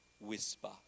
whisper